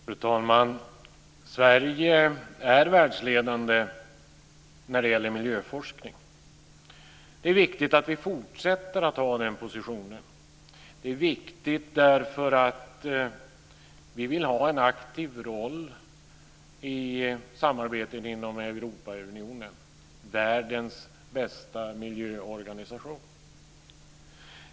Fru talman! Sverige är världsledande när det gäller miljöforskning. Det är viktigt att vi fortsätter att ha den positionen. Det är viktigt därför att vi vill ha en aktiv roll i samarbetet inom Europaunionen - världens bästa miljöorganisation.